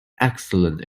excellent